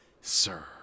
sir